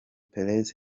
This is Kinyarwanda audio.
peres